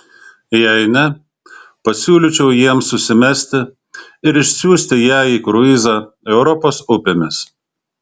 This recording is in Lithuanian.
jei ne pasiūlyčiau jiems susimesti ir išsiųsti ją į kruizą europos upėmis